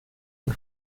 por